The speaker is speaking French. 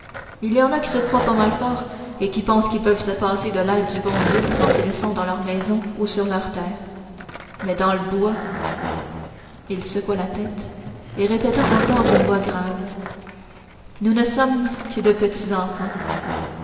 il y en a qui se croient pas mal forts et qui pensent qu'ils peuvent se passer de l'aide du bon dieu quand ils sont dans leur maison ou sur leur terre mais dans le bois il secoua la tête et répéta encore d'une voix grave nous ne sommes que de